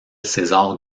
césar